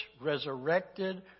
resurrected